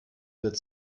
wird